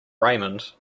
raymond